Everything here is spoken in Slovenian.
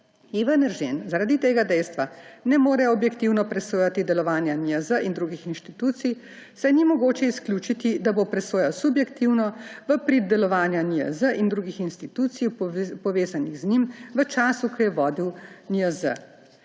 Ivan Eržen zaradi tega dejstva ne more objektivno presojati delovanja NIJZ in drugih inštitucij, saj ni mogoče izključiti, da bo presojal subjektivno v prid delovanja NIJZ in drugih institucij, povezanih z njim v času, ko je vodil NIJZ.